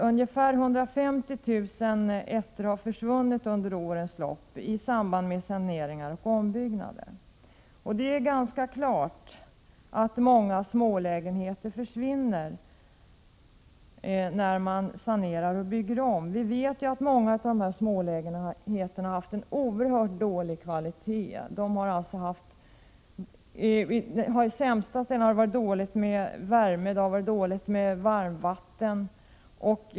Ungefär 150 000 ettor har försvunnit under årens lopp i samband med saneringar och ombyggnader. Det är ganska klart att många smålägenheter försvinner när man sanerar och bygger om. Vi vet att många av smålägenheterna varit av oerhört dålig kvalitet. På de sämsta ställena har det varit dåligt med värme och dåligt med varmvatten.